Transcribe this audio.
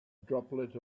droplet